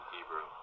Hebrew